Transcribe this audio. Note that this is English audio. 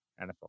NFL